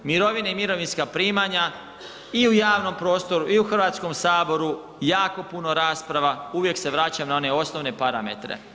Mirovine i mirovinska primanja i u javnom prostoru i u HS-u jako puno rasprava, uvijek se vraćam na one osnovne parametre.